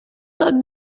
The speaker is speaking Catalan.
tot